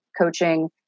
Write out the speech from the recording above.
coaching